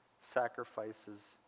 sacrifices